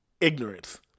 ignorance